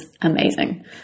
amazing